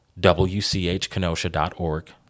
wchkenosha.org